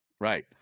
Right